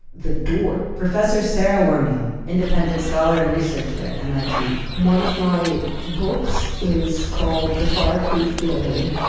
the door professor sara wermiel, independent scholar and researcher at mit one of my books is called, the fireproof building.